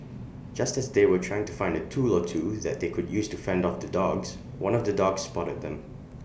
just as they were trying to find A tool or two that they could use to fend off the dogs one of the dogs spotted them